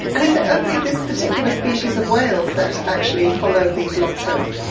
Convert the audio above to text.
and is it only this particular species of whales that actually follow these lobsters?